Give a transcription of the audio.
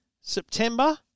September